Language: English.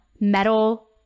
metal